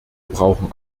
brauchen